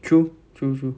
true true true